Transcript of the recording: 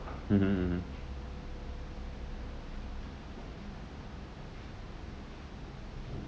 mmhmm mmhmm